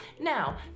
Now